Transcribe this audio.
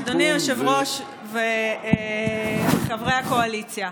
אדוני היושב-ראש וחברי הקואליציה,